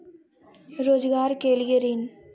रोजगार के लिए ऋण?